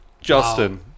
Justin